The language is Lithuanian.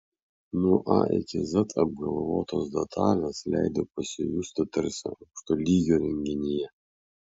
nuo a iki z apgalvotos detalės leido pasijusti tarsi aukščio lygio renginyje